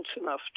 enough